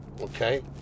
Okay